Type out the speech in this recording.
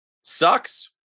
sucks